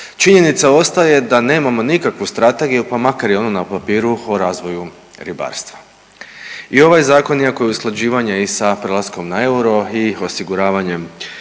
činjenica ostaje da nemamo nikakvu strategiju, pa makar i onu na papiru, o razvoju ribarstva i ovaj Zakon, iako je usklađivanje i sa prelaskom na euro i osiguravanjem